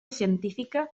científica